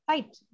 Fight